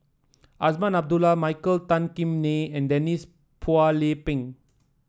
Azman Abdullah Michael Tan Kim Nei and Denise Phua Lay Peng